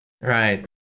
Right